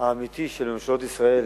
האמיתי של ממשלות ישראל,